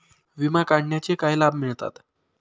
विमा काढण्याचे काय लाभ मिळतात?